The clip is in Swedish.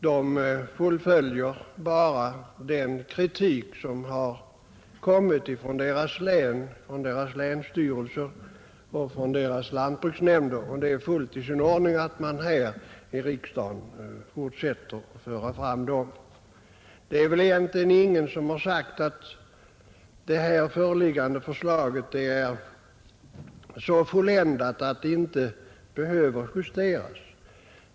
De fullföljer bara kritiken från sina länsstyrelser och lantbruksnämnder, och det är fullt i sin ordning att de för fram den kritiken här i riksdagen. Ingen påstår heller att föreliggande förslag är så fulländat att det inte behöver justeras.